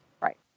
Right